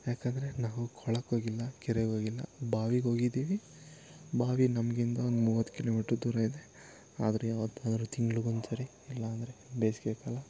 ಏಕೆಂದ್ರೆ ನಾವು ಕೊಳಕ್ಕೋಗಿಲ್ಲ ಕೆರೆಗೋಗಿಲ್ಲ ಬಾವಿಗೋಗಿದ್ದಿವಿ ಬಾವಿ ನಮಗಿಂತ ಒಂದು ಮೂವತ್ತು ಕಿಲೋಮಿಟ್ರ್ ದೂರ ಇದೆ ಆದ್ರೂ ಯಾವತ್ತಾದ್ರೂ ತಿಂಗ್ಳಿಗೆ ಒಂದ್ಸರಿ ಇಲ್ಲ ಅಂದರೆ ಬೇಸಿಗೆ ಕಾಲ